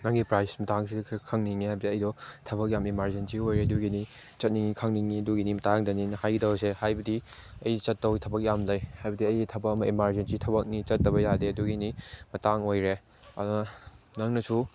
ꯅꯪꯒꯤ ꯄ꯭ꯔꯥꯏꯁꯀꯤ ꯃꯇꯥꯡꯁꯦ ꯈꯔ ꯈꯪꯅꯤꯡꯉꯦ ꯑꯗꯨꯒꯤ ꯑꯩꯗꯣ ꯊꯕꯛ ꯌꯥꯝꯃꯦ ꯏꯃꯥꯔꯖꯦꯟꯁꯤ ꯑꯣꯏꯌꯦ ꯑꯗꯨꯒꯤꯅꯤ ꯆꯠꯅꯤꯡꯉꯤ ꯈꯪꯅꯤꯡꯉꯤ ꯑꯗꯨꯒꯤ ꯃꯇꯥꯡꯗꯅꯤꯅ ꯍꯥꯏꯒꯗꯧꯕꯁꯦ ꯍꯥꯏꯕꯗꯤ ꯑꯩ ꯆꯠꯇꯧꯕ ꯊꯕꯛ ꯌꯥꯝ ꯂꯩ ꯍꯥꯏꯕꯗꯤ ꯑꯩ ꯊꯕꯛ ꯑꯃ ꯏꯃꯥꯔꯖꯦꯟꯁꯤ ꯊꯕꯛꯅꯤ ꯆꯠꯇꯕ ꯌꯥꯗꯦ ꯑꯗꯨꯒꯤꯅꯤ ꯃꯇꯥꯡ ꯑꯣꯏꯔꯦ ꯑꯗꯣ ꯅꯪꯅꯁꯨ